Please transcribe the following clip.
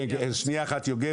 כן בבקשה.